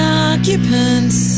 occupants